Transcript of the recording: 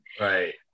Right